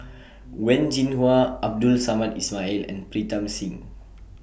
Wen Jinhua Abdul Samad Ismail and Pritam Singh